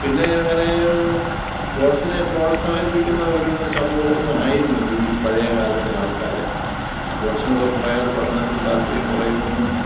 പിന്നെ അങ്ങനെ സ്പോർട്സിനെ പ്രോത്സാഹിപ്പിക്കുന്ന ഒരു സമൂഹമൊന്നും ആയിരുന്നില്ല ഈ പഴയകാലത്തെ ആൾക്കാര് സ്പോർട്സിനൊക്കെ പോയാൽ പഠനത്തിൽ താൽപ്പര്യം കുറയുമെന്നും